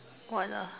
what ah